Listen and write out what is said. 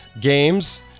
games